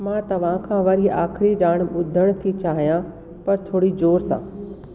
मां तव्हां खां वरी आख़िरी ॼाण ॿुधणु थी चाहियां पर थोरी ज़ोर सां